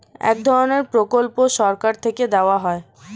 এক ধরনের প্রকল্প সরকার থেকে দেওয়া হয়